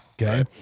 Okay